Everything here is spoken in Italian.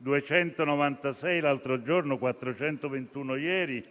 (296 l'altro ieri, 421 ieri).